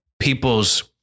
people's